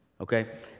okay